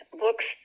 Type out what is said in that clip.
books